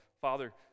father